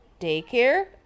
daycare